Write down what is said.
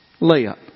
layup